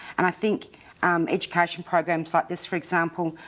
and i think education programs like this, for example,